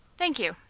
thank you.